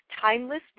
Timeless